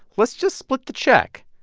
let's just split the check.